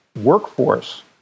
workforce